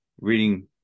reading